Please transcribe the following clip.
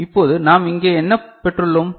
இப்போது நாம் இங்கே என்ன பெற்றுள்ளோம்